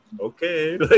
okay